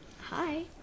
hi